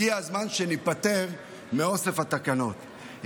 הגיע הזמן שניפטר מאוסף התקנות,